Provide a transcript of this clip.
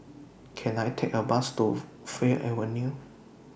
Can I Take A Bus to Fir Avenue